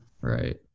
Right